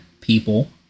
people